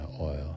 oil